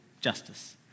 justice